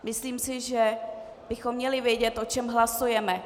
Myslím si, že bychom měli vědět, o čem hlasujeme.